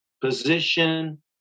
position